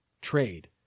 trade